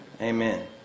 Amen